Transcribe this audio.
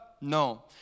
No